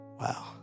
Wow